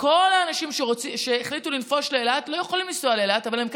וכל האנשים שהחליטו לנפוש באילת לא יכולים לנסוע